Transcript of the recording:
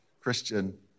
Christian